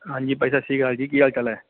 ਹਾਂਜੀ ਭਾਅ ਜੀ ਸਤਿ ਸ਼੍ਰੀ ਅਕਾਲ ਜੀ ਕੀ ਹਾਲ ਚਾਲ ਹੈ